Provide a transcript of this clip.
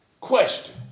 question